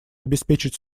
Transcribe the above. обеспечить